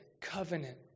covenant